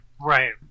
Right